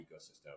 ecosystem